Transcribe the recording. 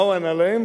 מה הוא ענה להם?